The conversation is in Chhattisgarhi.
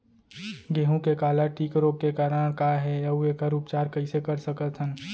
गेहूँ के काला टिक रोग के कारण का हे अऊ एखर उपचार कइसे कर सकत हन?